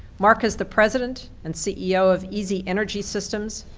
mark is the president and ceo of easy energy systems,